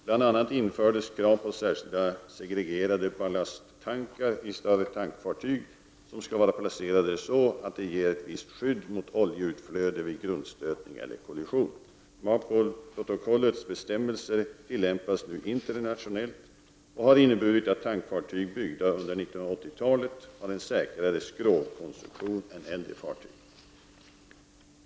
Bl.a. infördes krav på särskilda segregerade ballasttankar i större tankfartyg som skall vara placerade så att de ger ett visst skydd mot oljeutflöde vid grundstötning eller kollision. MARPOL-protokollets bestämmelser tillämpas nu internationellt och har inneburit att tankfartyg byggda under 1980-talet har en säkrare skrovkonstruktion än äldre fartyg.